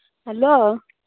hello